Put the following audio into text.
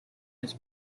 its